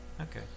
Okay